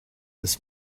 this